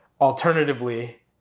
Alternatively